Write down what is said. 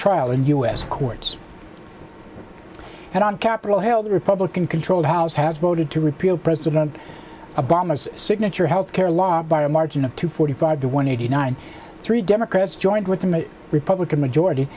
trial in u s courts and on capitol hill the republican controlled house has voted to repeal president obama's signature health care law by a margin of two forty five to one hundred nine three democrats joined with them a republican majority